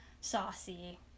saucy